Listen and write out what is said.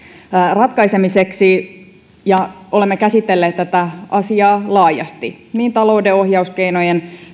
ratkaisemiseksi ja olemme käsitelleet tätä asiaa laajasti niin talouden ohjauskeinojen